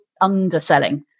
underselling